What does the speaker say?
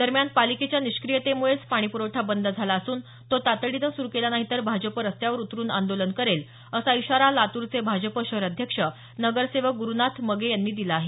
दरम्यान पालिकेच्या निष्क्रीयेतेमुळेच पाणी पुरवठा बंद झाला असून तो तातडीने सुरु केला नाही तर भाजपा रस्त्यावर उतरुन आंदोलन करेल असा इशारा लातूरचे भाजपा शहर अध्यक्ष नगरसेवक गुरुनाथ मगे यांनी दिला आहे